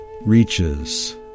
reaches